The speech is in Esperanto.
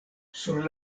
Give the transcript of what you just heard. sur